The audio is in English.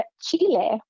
Chile